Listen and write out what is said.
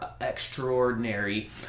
extraordinary